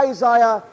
Isaiah